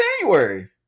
January